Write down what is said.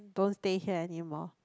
don't stay here anymore